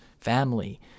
family